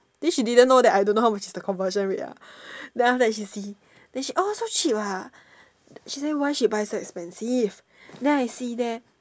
then she didn't know that I don't know how much is the conversion rate ah then after that she see then she oh so cheap ah she say why she buy so expensive then I see there